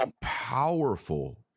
powerful